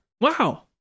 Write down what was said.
Wow